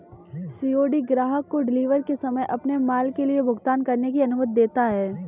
COD ग्राहक को delivery के समय अपने माल के लिए भुगतान करने की अनुमति देता है